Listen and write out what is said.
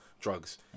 drugs